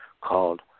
called